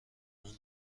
اون